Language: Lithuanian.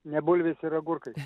ne bulvės ir agurkai